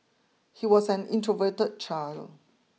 he was an introverted child